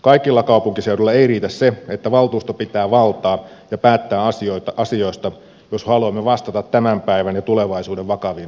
kaikilla kaupunkiseuduilla ei riitä se että valtuusto pitää valtaa ja päättää asioista jos haluamme vastata tämän päivän ja tulevaisuuden vakaviin haasteisiin